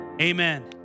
Amen